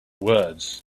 words